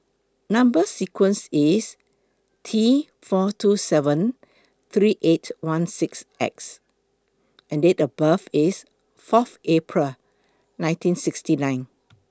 Number sequence IS T four two seven three eight one six X and Date of birth IS Fourth April nineteen sixty nine